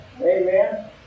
Amen